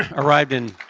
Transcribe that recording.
arrived in